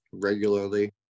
regularly